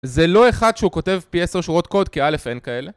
זה לא אחד שהוא כותב פי עשר שורות קוד כי א' אין כאלה